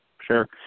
sure